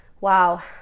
Wow